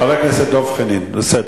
חבר הכנסת דב חנין, בסדר,